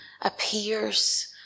appears